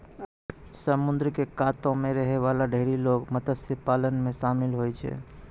समुद्र क कातो म रहै वाला ढेरी लोग मत्स्य पालन म शामिल होय छै